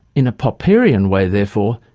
in a popperian way, therefore,